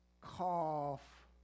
cough